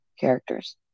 characters